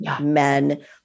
men